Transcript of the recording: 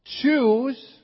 Choose